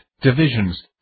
divisions